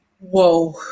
Whoa